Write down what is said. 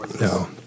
No